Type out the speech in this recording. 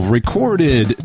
recorded